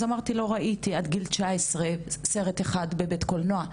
אז אמרתי לא ראיתי עד גיל תשע עשרה סרט אחד בבית קולנוע.